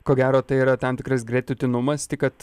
ko gero tai yra tam tikras gretutinumas tik kad